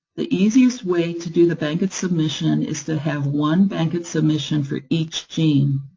the easiest way to do the bankit submission is to have one bankit submission for each gene.